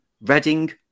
Reading